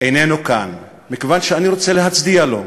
איננו כאן, מכיוון שאני רוצה להצדיע לו.